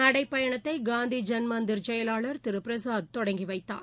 நடைபயணத்தை காந்திஜன் மந்திர் செயலாளர் திரு பிரசாத் தொடங்கி வைத்தார்